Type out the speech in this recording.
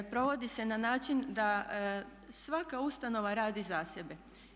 Provodi se na način da svaka ustanova radi za sebe.